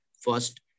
first